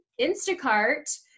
Instacart